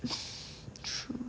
true